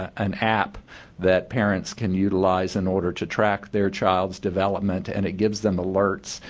an app that parents can utilize in order to track their child's development and it gives them alerts,